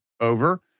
over